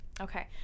Okay